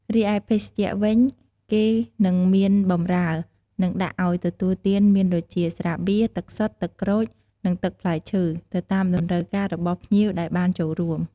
រីឯ ភេសជ្ជៈ វិញគេនិងមានបម្រើ និងដាក់អោយទទួលទានមានដូចជា ស្រាបៀរ ទឹកសុទ្ធ ទឹកក្រូច និងទឹកផ្លែឈើ ទៅតាមតម្រូវការរបស់ភ្ញៀវដែលបានចូលរួម។